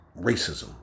racism